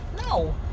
No